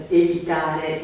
evitare